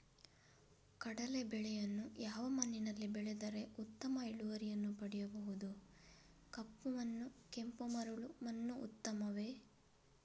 ಕಡಲೇ ಬೆಳೆಯನ್ನು ಯಾವ ಮಣ್ಣಿನಲ್ಲಿ ಬೆಳೆದರೆ ಉತ್ತಮ ಇಳುವರಿಯನ್ನು ಪಡೆಯಬಹುದು? ಕಪ್ಪು ಮಣ್ಣು ಕೆಂಪು ಮರಳು ಮಣ್ಣು ಉತ್ತಮವೇ?